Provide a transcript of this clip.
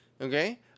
Okay